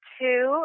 two